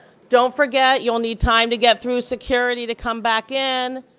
don't forget you will need time to get through security to come back in.